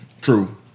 True